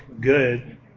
good